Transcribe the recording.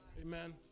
Amen